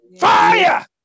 Fire